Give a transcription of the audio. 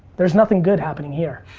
there's nothing good happening here.